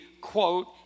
quote